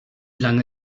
lange